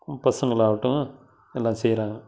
பசங்களாகட்டும் எல்லாம் செய்கிறாங்க